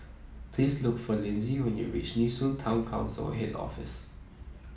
please look for Lynsey when you reach Nee Soon Town Council Head Office